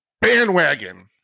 bandwagon